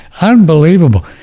Unbelievable